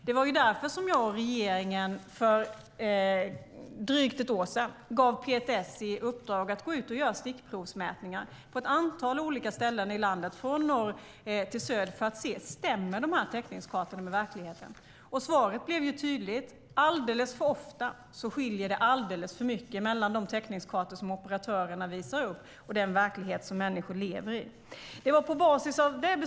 Det var därför som jag och regeringen för drygt ett år sedan gav PTS i uppdrag att göra stickprovsmätningar på ett antal olika ställen i landet, från norr till söder, för att se om täckningskartorna verkligen stämmer med verkligheten. Svaret blev tydligt. Alldeles för ofta skiljer det alldeles för mycket mellan de täckningskartor som operatörerna visar upp och den verklighet som människor lever i.